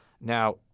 Now